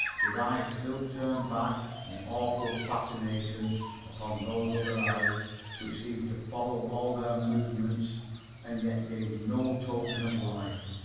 with eyes still turned back in awful fascination upon those other eyes which seemed to follow all their movements and yet gave no token of life,